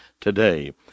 today